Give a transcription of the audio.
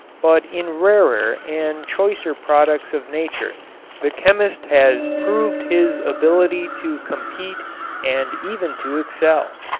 but in rarer and choicer products of nature the chemist has proved his ability to compete and even to excel.